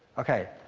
okay.